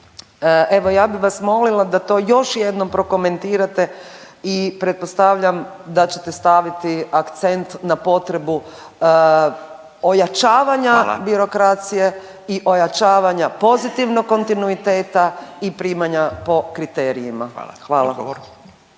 Evo ja bih vas molila da to još jednom prokomentirate i pretpostavljam da ćete staviti akcent na potrebu ojačavanja …/Upadica Radin: Hvala./… birokracije i ojačavanje pozitivnog kontinuiteta i primanja po kriterijima. Hvala.